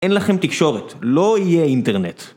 אין לכם תקשורת, לא יהיה אינטרנט